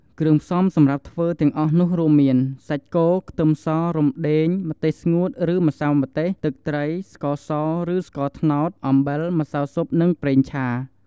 គ្រឿងផ្សំសម្រាប់ធ្វើទាំងអស់នោះរួមមាន សាច់គោ ខ្ទឹមស រំដេង ម្ទេសស្ងួតឬម្សៅម្ទេស ទឹកត្រី ស្ករសឬស្ករត្នោត អំបិល ម្សៅស៊ុប និងប្រេងឆា។